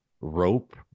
rope